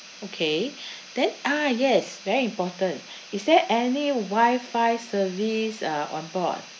okay then ah yes very important is there any wi-fi service uh on board